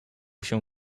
się